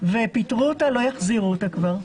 פיטרו אותה ולא יחזירו אותה כבר.